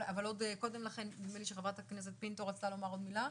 אבל עוד קודם לכן נדמה לי שחברת הכנסת פינטו רצתה לומר עוד מילה.